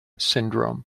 syndrome